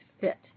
fit